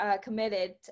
committed